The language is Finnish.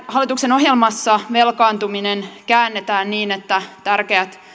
hallituksen ohjelmassa velkaantuminen käännetään niin että tärkeät